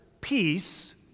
Peace